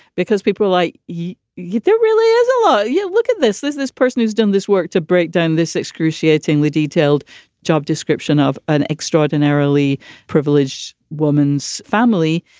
because people like you. there really is a lot you look at this, this this person who's done this work to break down this excruciatingly detailed job description of an extraordinarily privileged woman's family.